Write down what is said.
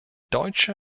deutsche